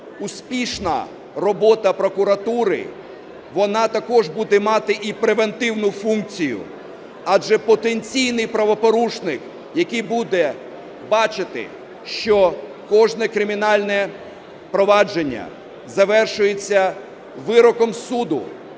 успішна робота прокуратури також буде мати і превентивну функцію, адже потенційний правопорушник, який буде бачити, що кожне кримінальне провадження завершується вироком суду,